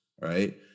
right